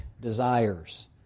desires